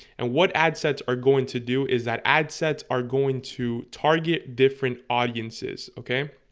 and what ad sets are going to do is that ad sets are going to target different audiences? okay